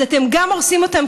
אז אתם הורסים אותם,